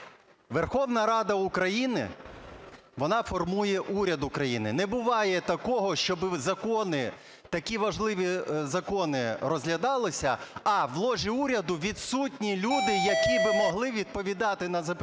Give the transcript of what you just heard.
Верховна Рада України, вона формує уряд України. Не буває такого, щоб закони, такі важливі закони розглядалися, а в ложі уряду відсутні люди, які б могли відповідати на запитання